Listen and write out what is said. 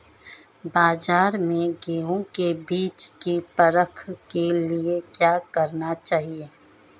बाज़ार में गेहूँ के बीज की परख के लिए क्या करना चाहिए?